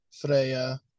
Freya